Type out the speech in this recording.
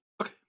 Okay